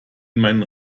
meinen